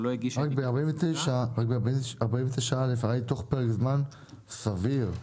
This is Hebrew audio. שזה יהיה תוך פרק זמן סביר.